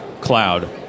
Cloud